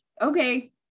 okay